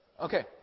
Okay